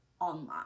online